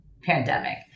pandemic